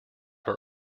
are